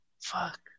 Fuck